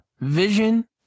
Vision